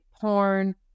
porn